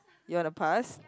you want to pass